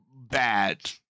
bad